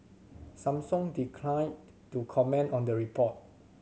Samsung declined to comment on the report